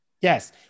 Yes